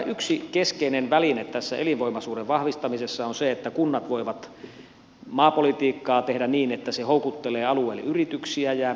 yksi aivan keskeinen väline tässä elinvoimaisuuden vahvistamisessa on se että kunnat voivat maapolitiikkaa tehdä niin että se houkuttelee alueelle yrityksiä ja asukkaita